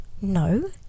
No